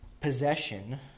possession